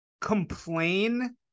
complain